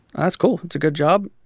that's cool. it's a good job.